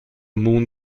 moon